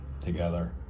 Together